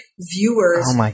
viewers